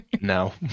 No